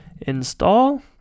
install